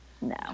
no